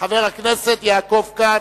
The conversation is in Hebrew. חבר הכנסת יעקב כץ,